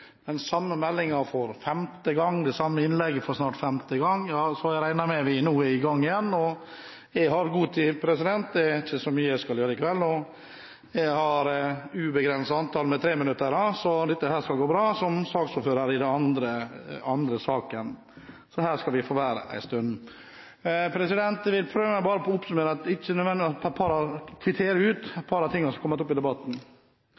den samme meldingen – det samme innlegget – for snart femte gang, regner jeg med at vi nå er i gang igjen. Jeg har god tid. Det er ikke så mye jeg skal gjøre i kveld, og jeg har som saksordfører i den andre saken ubegrenset antall med 3-minutters innlegg, så det skal gå bra. Her skal vi være en stund. Jeg vil prøve å oppsummere – ikke nødvendigvis kvittere ut – et par av de tingene som er kommet opp i debatten.